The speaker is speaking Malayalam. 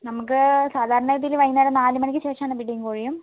നമുക്ക് സാധാരണ രീതിയിൽ വൈകുന്നേരം നാല് മണിക്ക് ശേഷമാണ് പിടിയും കോഴിയും